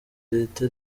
leta